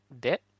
bit